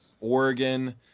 Oregon